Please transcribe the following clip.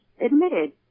admitted